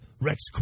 Rex